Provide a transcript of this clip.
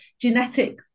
genetic